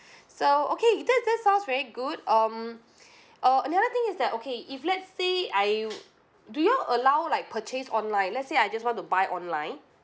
so okay that that sounds very good um uh another thing is that okay if let's say I do you all allow like purchase online let's say I just want to buy online